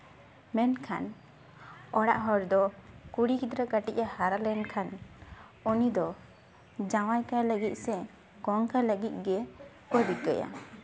ᱢᱮᱱᱠᱷᱟᱱ ᱚᱲᱟᱜ ᱦᱚᱲ ᱫᱚ ᱠᱩᱲᱤ ᱜᱤᱫᱽᱨᱟᱹ ᱠᱟᱹᱴᱤᱡ ᱮ ᱦᱟᱨᱟ ᱞᱮᱱᱠᱷᱟᱱ ᱩᱱᱤᱫᱚ ᱡᱟᱶᱟᱭ ᱠᱟᱭ ᱞᱟᱹᱜᱤᱫ ᱥᱮ ᱜᱚᱝᱠᱟᱭ ᱞᱟᱹᱜᱤᱫ ᱜᱮ ᱨᱤᱠᱟᱹᱭᱟ